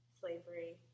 slavery